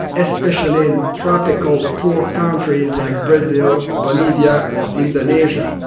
especially in tropical poor countries like brazil, bolivia or indonesia.